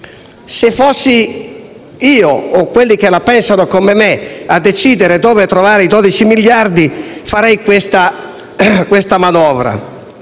Se fossi io - o quelli che la pensano come me - a decidere dove trovare i 12 miliardi, farei questa manovra,